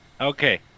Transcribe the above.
Okay